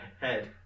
head